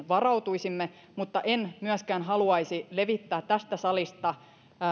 varautuisimme mutta en myöskään haluaisi levittää tästä salista